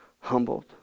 humbled